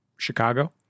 Chicago